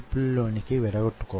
అదే bio MEMS